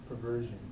perversion